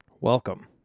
Welcome